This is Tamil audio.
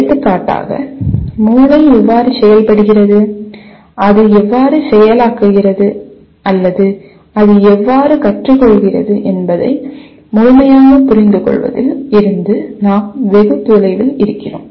எடுத்துக்காட்டாக மூளை எவ்வாறு செயல்படுகிறது அது எவ்வாறு செயலாக்குகிறது அல்லது அது எவ்வாறு கற்றுக்கொள்கிறது என்பதை முழுமையாக புரிந்துகொள்வதில் இருந்து நாம் வெகு தொலைவில் இருக்கிறோம்